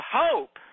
hope